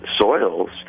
soils